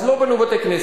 אז לא בנו בתי-כנסת,